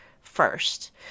first